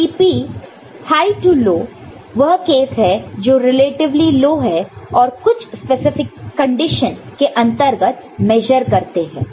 tP high to low वह case है जो रिलेटिवली लो है और कुछ स्पेसिफिक कंडीशन के अंतर्गत मेजर करते हैं